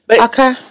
Okay